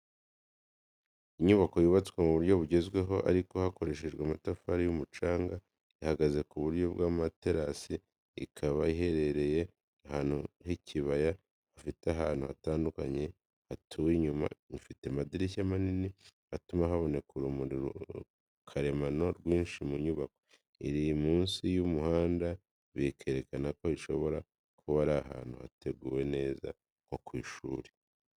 Inyubako yubatswe mu buryo bugezweho ariko hakoreshejwe amatafari y’umucanga ihagaze ku buryo bw'amaterasi, ikaba iherereye ahantu h'ikibaya hafite ahantu hatandukanye hatuwe inyuma. Ifite amadirishya manini atuma haboneka urumuri karemano rwinshi mu nyubako. Iri munsi y’umuhanda bikerekana ko ishobora kuba iri ahantu hateguwe neza nko ku ishuri, ibiro cyangwa umushinga w’iterambere.